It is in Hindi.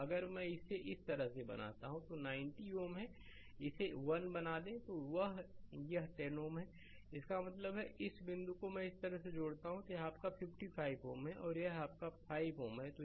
तो अगर मैं इसे इस तरह बनाता हूं तो यह 90 Ω है इसे 1 बना दें यह 10 Ω है इसका मतलब है इस बिंदु को मैं इस तरह जोड़ता हूं और यह आपका 55 Ω है और यह आपका 5 Ω है